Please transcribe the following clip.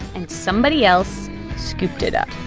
and somebody else scooped it up